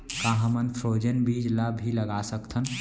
का हमन फ्रोजेन बीज ला भी लगा सकथन?